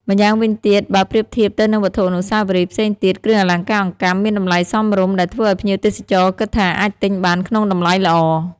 ម្យ៉ាងវិញទៀតបើប្រៀបធៀបទៅនឹងវត្ថុអនុស្សាវរីយ៍ផ្សេងទៀត គ្រឿងអលង្ការអង្កាំមានតម្លៃសមរម្យ ដែលធ្វើឲ្យភ្ញៀវទេសចរគិតថាអាចទិញបានក្នុងតម្លៃល្អ។